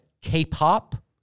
K-pop